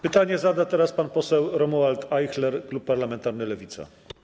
Pytanie zada teraz pan poseł Romuald Ajchler, klub parlamentarny Lewica.